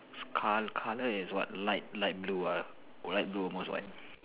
car colour is what light light blue ah light blue almost white